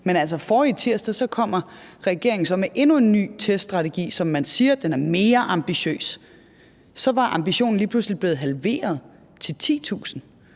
men forrige tirsdag kommer regeringen så med endnu en ny teststrategi, som man siger er mere ambitiøs, og der var ambitionen lige pludselig blevet halveret til 10.000.